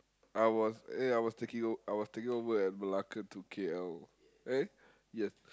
I was ya I was taking o~ I was taking over at Malacca to K_L eh yes